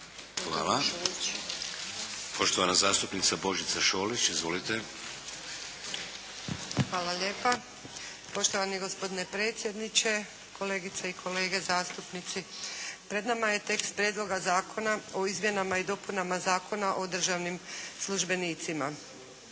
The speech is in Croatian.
Hvala. Poštovana zastupnica Božica Šolić. Izvolite. **Šolić, Božica (HDZ)** Hvala lijepa. Poštovani gospodine predsjedniče, kolegice i kolege zastupnici. Pred nama je tekst Prijedloga Zakona o izmjenama i dopunama Zakona o državnim službenicima.